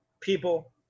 people